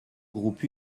groupe